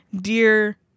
dear